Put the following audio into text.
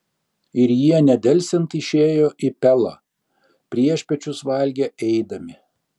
ir jie nedelsiant išėjo į pelą priešpiečius valgė eidami